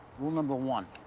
rule number one,